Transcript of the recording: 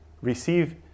receive